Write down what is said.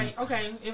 okay